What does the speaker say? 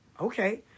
okay